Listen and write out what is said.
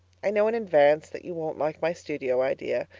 i know in advance that you won't like my studio idea.